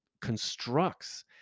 constructs